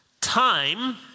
time